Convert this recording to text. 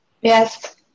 Yes